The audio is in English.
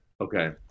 Okay